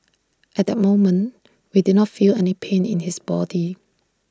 at that moment we did not feel any pain in his body